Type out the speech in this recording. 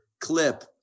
clip